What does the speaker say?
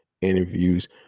interviews